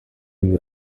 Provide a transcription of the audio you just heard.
you